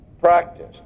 practice